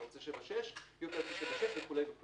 אם ל-767 אז עושים